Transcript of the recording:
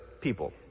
people